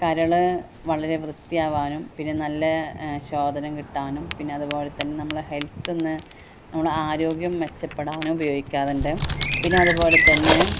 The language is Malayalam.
കരൾ വളരെ വൃത്തിയാവാനും പിന്നെ നല്ല ശോദനം കിട്ടാനും പിന്നെ അതുപോലെ തന്നെ നമ്മളെ ഹെൽത്ത് ഒന്ന് നമ്മളെ ആരോഗ്യം മെച്ചപ്പെടാനും ഉപയോഗിക്കാറുണ്ട് പിന്നെ അതുപോലെ തന്നെ